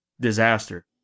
Disaster